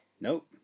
Nope